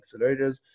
accelerators